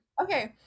Okay